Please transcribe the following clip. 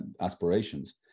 aspirations